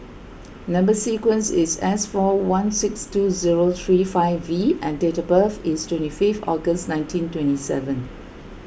Number Sequence is S four one six two zero three five V and date of birth is twenty fifth August nineteen twenty seven